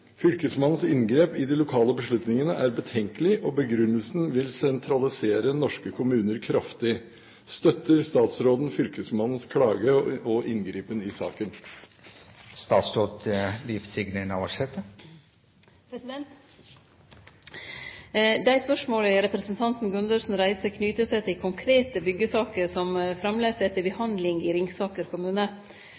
Fylkesmannens inngrep i de lokale beslutningene er betenkelig, og begrunnelsen vil sentralisere norske kommuner kraftig. Støtter statsråden fylkesmannens klage og inngripen i sakene?» Dei spørsmåla representanten Gundersen reiser, knyter seg til konkrete byggjesaker som